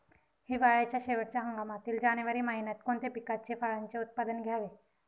हिवाळ्याच्या शेवटच्या हंगामातील जानेवारी महिन्यात कोणत्या पिकाचे, फळांचे उत्पादन घ्यावे?